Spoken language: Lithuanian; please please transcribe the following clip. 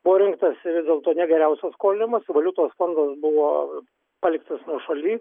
buvo rinktasi vis dėl to negeriausias skolinimas valiutos fondas buvo paliktas nuošaly